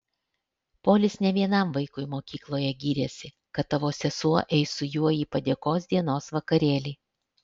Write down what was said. polis ne vienam vaikui mokykloje gyrėsi kad tavo sesuo eis su juo į padėkos dienos vakarėlį